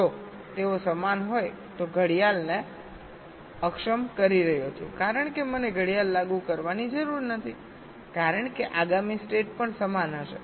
જો તેઓ સમાન હોય તો હું ઘડિયાળને અક્ષમ કરી રહ્યો છું કારણ કે મને ઘડિયાળ લાગુ કરવાની જરૂર નથી કારણ કે આગામી સ્ટેટ પણ સમાન હશે